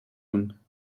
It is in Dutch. doen